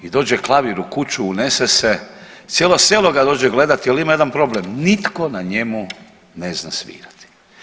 I dođe klavir u kuću, unese se, cijelo selo ga dođe gledati ali ima jedan problem nitko na njemu ne zna svirati.